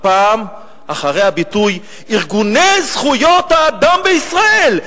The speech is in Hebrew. פעם על הביטוי "ארגוני זכויות האדם בישראל",